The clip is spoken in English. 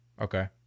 Okay